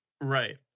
Right